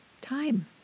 time